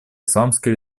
исламской